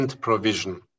provision